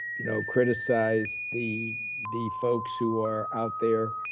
you know, criticize the the folks who are out there.